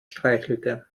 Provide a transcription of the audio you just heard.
streichelte